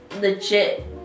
legit